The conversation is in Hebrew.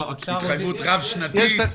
התחייבות רב שנתית.